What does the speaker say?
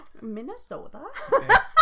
Minnesota